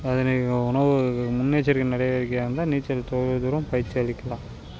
அதனை உணவு முன்னெச்சரிக்கை நடவடிக்கையாக இருந்தால் நீச்சல் தொலைவு தூரம் பயிற்சி அளிக்கலாம்